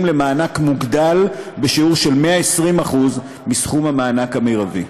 למענק מוגדל בשיעור של 120% מסכום המענק המרבי.